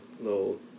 little